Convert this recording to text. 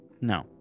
no